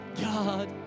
God